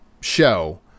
show